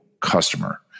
customer